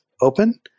open